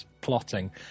plotting